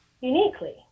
uniquely